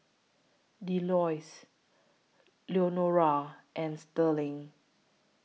Delois Leonora and Sterling